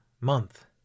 month